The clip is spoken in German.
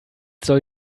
soll